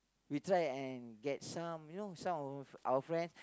we try and get some you know some of our friend